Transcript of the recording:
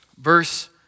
verse